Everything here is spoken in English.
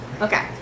Okay